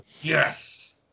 Yes